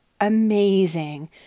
amazing